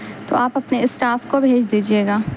تو آپ اپنے اسٹاف کو بھیج دیجیے گا